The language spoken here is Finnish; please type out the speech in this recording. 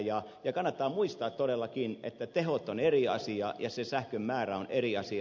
ja kannattaa muistaa todellakin että tehot on eri asia ja se sähkön määrä on eri asia